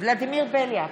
ולדימיר בליאק,